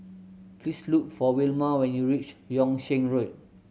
please look for Wilma when you reach Yung Sheng Road